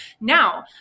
Now